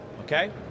okay